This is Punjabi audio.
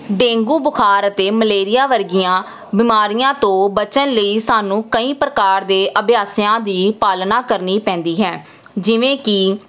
ਡੇਂਗੂ ਬੁਖਾਰ ਅਤੇ ਮਲੇਰੀਆ ਵਰਗੀਆਂ ਬਿਮਾਰੀਆਂ ਤੋਂ ਬਚਣ ਲਈ ਸਾਨੂੰ ਕਈ ਪ੍ਰਕਾਰ ਦੇ ਅਭਿਆਸਾਂ ਦੀ ਪਾਲਣਾ ਕਰਨੀ ਪੈਂਦੀ ਹੈ ਜਿਵੇਂ ਕਿ